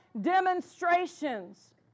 demonstrations